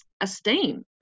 esteem